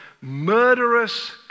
murderous